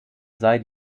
sei